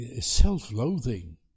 self-loathing